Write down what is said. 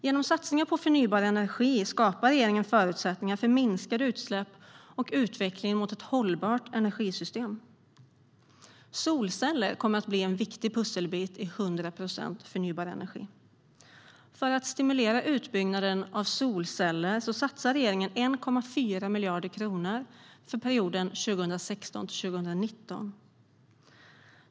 Genom satsningar på förnybar energi skapar regeringen förutsättningar för minskade utsläpp och en utveckling mot ett hållbart energisystem. Solceller kommer att bli en viktig pusselbit i 100 procent förnybar energi. För att stimulera utbyggnaden av solceller satsar regeringen 1,4 miljarder kronor för perioden 2016-2019.